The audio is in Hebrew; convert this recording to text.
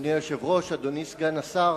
אדוני היושב-ראש, אדוני סגן השר,